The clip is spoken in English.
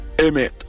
Amen